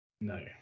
No